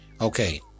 Okay